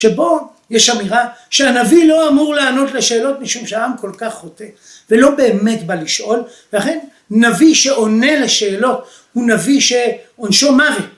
‫שבו, יש אמירה שהנביא לא אמור ‫לענות לשאלות ‫משום שהעם כל כך חוטא, ‫ולא באמת בא לשאול, ‫ואכן נביא שעונה לשאלות ‫הוא נביא שעונשו מרי.